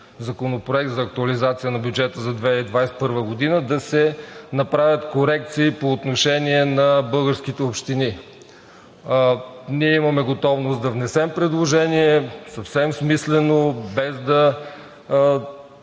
законопроект за актуализация на бюджета за 2021 г., да се направят корекции по отношение на българските общини. Ние имаме готовност да внесем предложение, съвсем смислено, без да